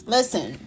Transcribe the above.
Listen